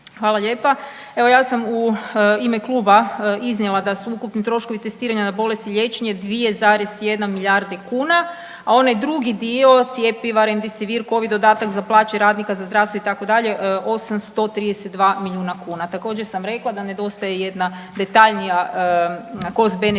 Hvala lijepa. Evo ja sam u ime kluba iznijela da su ukupni troškovi testiranja na bolest i liječenje 2,1 milijarde kuna, a onaj drugi dio, cjepivo, Remdesivir, Covid dodatak za plaće radnika za zdravstvo, itd., 832 milijuna kuna. Također sam rekla da nedostaje jedna detaljnija cost benefit